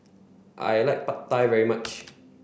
I like Pad Thai very much